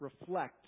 reflect